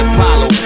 Apollo